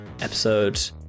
episode